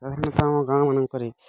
ତାହାଲେ ତ ଆମ ଗାଁମାନଙ୍କରେ